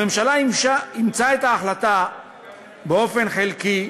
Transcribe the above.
הממשלה אימצה את ההחלטה באופן חלקי,